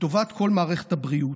לטובת כל מערכת הבריאות.